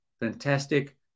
Fantastic